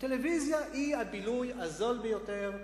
הטלוויזיה היא הבילוי הזול ביותר והעיקרי,